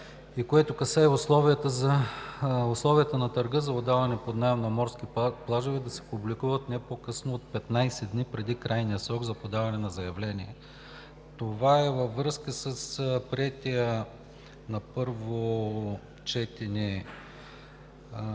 и което касае условията на търга за отдаване под наем на морски плажове да се публикуват не по-късно от 15 дни преди крайния срок за подаване на заявления. Това е във връзка с приетия на първо четене